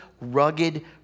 rugged